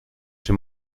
czy